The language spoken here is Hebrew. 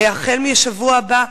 החל מהשבוע הבא,